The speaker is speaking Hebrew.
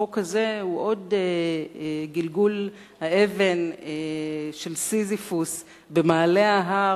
החוק הזה הוא עוד גלגול האבן של סיזיפוס במעלה ההר,